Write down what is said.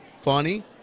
funny